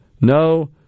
no